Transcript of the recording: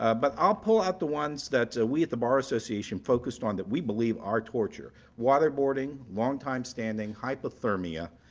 ah but i'll pull out the ones that we at the bar association focused on that we believe are torture waterboarding, longtime standing, hypothermia,